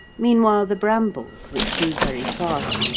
meanwhile, the brambles, which grew very fast,